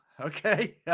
okay